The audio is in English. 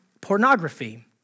pornography